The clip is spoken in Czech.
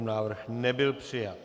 Návrh nebyl přijat.